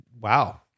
Wow